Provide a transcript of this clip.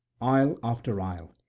isle after isle,